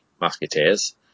Musketeers